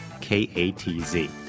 K-A-T-Z